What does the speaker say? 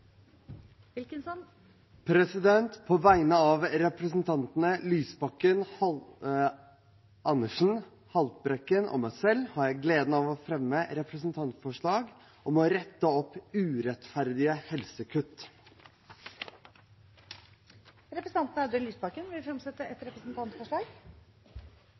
På vegne av stortingsrepresentantene Audun Lysbakken, Karin Andersen, Lars Haltbrekken og meg selv har jeg gleden av å fremme representantforslag om å rette opp urettferdige helsekutt. Representanten Audun Lysbakken vil fremsette et representantforslag.